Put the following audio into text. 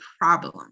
problem